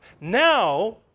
Now